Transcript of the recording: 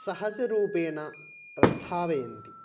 सहजरूपेण प्रस्थापयन्ति